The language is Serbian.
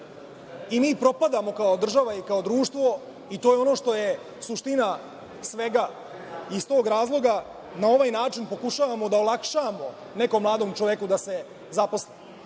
Mi propadamo kao država i kao društvo, i to je ono što je suština svega i iz tog razloga na ovaj način pokušavamo da olakšamo nekom mladom čoveku da se